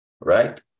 Right